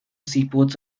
seaports